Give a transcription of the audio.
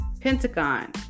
Pentagon